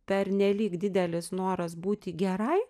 pernelyg didelis noras būti gerai